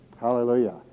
Hallelujah